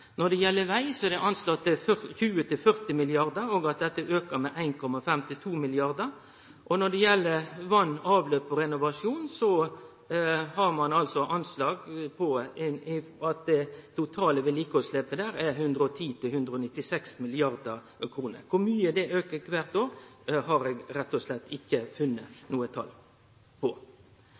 Når det gjeld veg, er det anslått til 20–40 mrd. kr og at det aukar med 1,5–2 mrd. kr. Og når det gjeld vatn, avløp og renovasjon, har ein altså anslag på at det totale vedlikehaldsetterslepet er 110–196 mrd. kr. Kor mykje det aukar kvart år, har eg rett og slett ikkje funne noko tal på.